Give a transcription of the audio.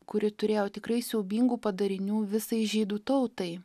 kuri turėjo tikrai siaubingų padarinių visai žydų tautai